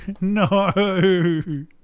No